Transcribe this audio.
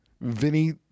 Vinny